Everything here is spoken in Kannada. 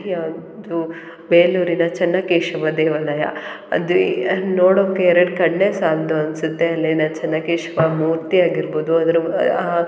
ಯಾವುದು ಬೇಲೂರಿನ ಚೆನ್ನಕೇಶವ ದೇವಾಲಯ ಅದು ಅದು ನೋಡೋಕ್ಕೆ ಎರಡು ಕಣ್ಣೇ ಸಾಲದು ಅನಿಸುತ್ತೆ ಅಲ್ಲಿನ ಚೆನ್ನಕೇಶವ ಮೂರ್ತಿ ಆಗಿರ್ಬೋದು ಅದ್ರ ಆ